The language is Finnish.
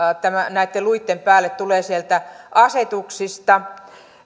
näitten luitten päälle tulee sieltä asetuksista